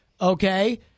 Okay